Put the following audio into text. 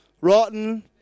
rotten